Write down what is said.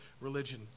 religion